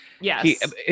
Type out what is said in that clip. Yes